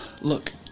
look